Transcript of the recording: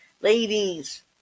Ladies